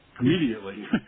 immediately